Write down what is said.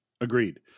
Agreed